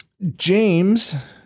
James